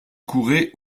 couraient